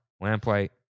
Lamplight